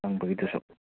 ꯆꯪꯕꯒꯤꯗꯨꯁꯨ